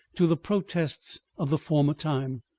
to the protests of the former time,